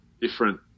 different